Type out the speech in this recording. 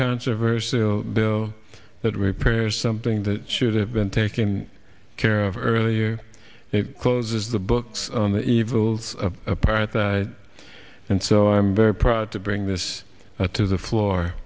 controversial bill that repairs something that should have been taken care of early it closes the books on the evil of a parent and so i'm very proud to bring this to the floor